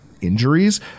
injuries